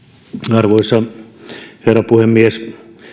arvoisa herra puhemies